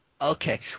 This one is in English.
Okay